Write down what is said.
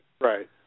Right